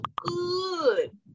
good